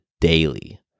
daily